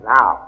Now